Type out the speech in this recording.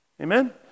Amen